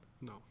No